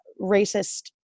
racist